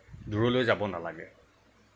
দূৰলৈ যাব নালাগে